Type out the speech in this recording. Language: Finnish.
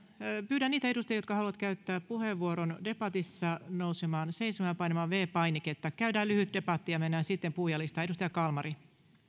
pyydän niitä edustajia jotka haluavat käyttää puheenvuoron debatissa nousemaan seisomaan ja painamaan viides painiketta käydään lyhyt debatti ja mennään sitten puhujalistaan edustaja kalmari